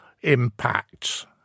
impacts